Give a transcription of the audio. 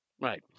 Right